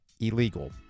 illegal